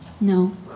No